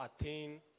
attain